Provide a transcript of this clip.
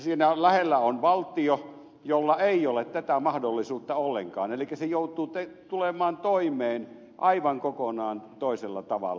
siinä lähellä on valtio jolla ei ole tätä mahdollisuutta ollenkaan elikkä se joutuu tulemaan toimeen aivan kokonaan toisella tavalla